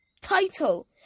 title